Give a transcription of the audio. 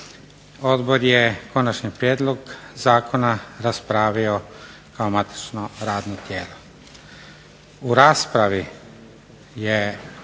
Odbor je konačni prijedlog zakona raspravio kao matično radno tijelo.